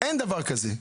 אין דבר כזה.